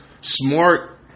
smart